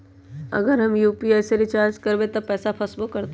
अगर हम यू.पी.आई से रिचार्ज करबै त पैसा फसबो करतई?